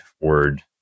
word